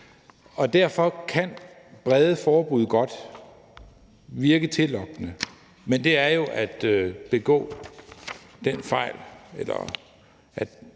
Og derfor kan brede forbud godt virke tillokkende. Men det er jo at lave et